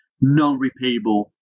non-repayable